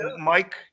Mike